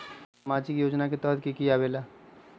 समाजिक योजना के तहद कि की आवे ला?